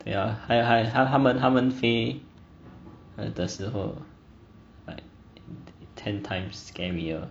yeah 还有还有还他们他们飞的时候 ten times scarier